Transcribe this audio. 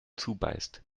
zubeißt